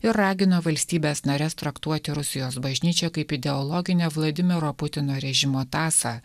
ir ragino valstybes nares traktuoti rusijos bažnyčią kaip ideologinę vladimiro putino režimo tąsą